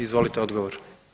Izvolite odgovor.